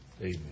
Amen